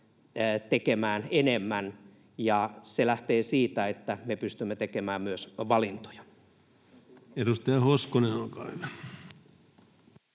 tekemään enemmän, ja se lähtee siitä, että me pystymme tekemään myös valintoja. [Speech 350] Speaker: